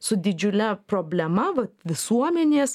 su didžiule problema vat visuomenės